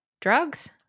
drugs